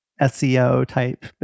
SEO-type